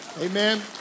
Amen